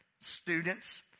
students